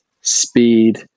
speed